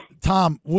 Tom